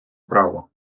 право